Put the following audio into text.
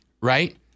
right